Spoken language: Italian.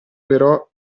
però